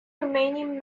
remaining